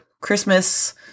Christmas